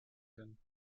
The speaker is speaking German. denn